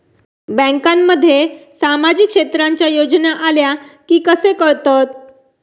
बँकांमध्ये सामाजिक क्षेत्रांच्या योजना आल्या की कसे कळतत?